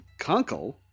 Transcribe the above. Conkle